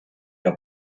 der